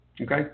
Okay